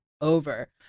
over